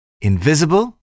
Invisible